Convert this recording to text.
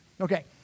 okay